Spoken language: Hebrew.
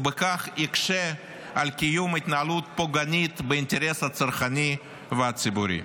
ובכך יקשה על קיום התנהלות פוגענית באינטרס הצרכני והציבורי.